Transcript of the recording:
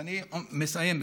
ואני מסיים,